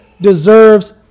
deserves